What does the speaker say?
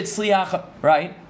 right